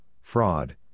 fraud